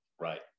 Right